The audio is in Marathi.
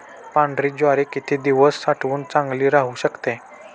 पांढरी ज्वारी किती दिवस साठवून चांगली राहू शकते?